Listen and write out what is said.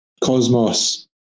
cosmos